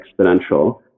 exponential